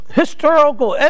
historical